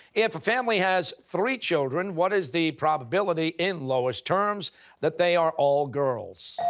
if a family has three children, what is the probability in lowest terms that they are all girls?